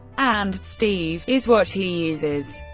and steve is what he uses.